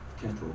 kettle